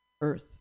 Earth